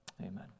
Amen